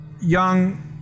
young